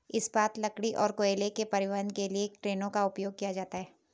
इस्पात, लकड़ी और कोयले के परिवहन के लिए ट्रेनों का उपयोग किया जाता है